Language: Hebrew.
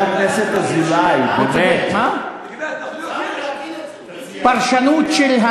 בתקשורת זה הפרשנות,